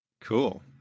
cool